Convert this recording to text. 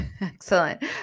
Excellent